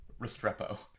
Restrepo